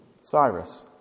Cyrus